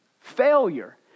Failure